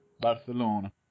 Barcelona